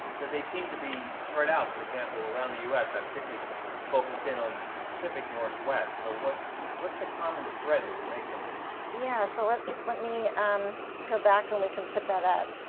because they seem to be spread out, for example, around the us. i particularly focused in on the pacific northwest. so what's the common thread that would make them them yeah, so let's let me um go back, and we can put that up.